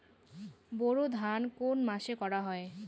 বোরো ধান কোন মাসে করা হয়?